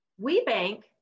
WeBank